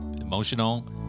emotional